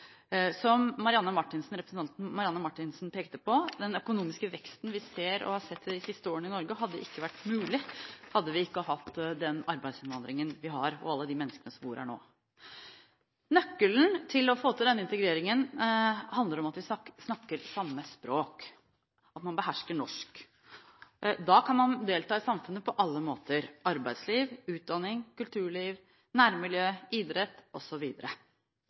representanten Marianne Marthinsen pekte på, hadde ikke den økonomiske veksten vi ser og har sett de siste årene i Norge, vært mulig, hadde vi ikke hatt den arbeidsinnvandringen vi har, og alle de menneskene som bor her nå. Nøkkelen til å få til denne integreringen handler om at vi snakker samme språk, at man behersker norsk. Da kan man delta i samfunnet på alle måter – arbeidsliv, utdanning, kulturliv, nærmiljø, idrett